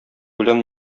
белән